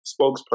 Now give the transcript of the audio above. spokesperson